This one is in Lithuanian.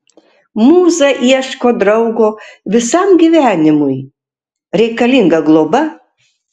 mūza ieško draugo visam gyvenimui reikalinga globa